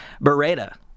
beretta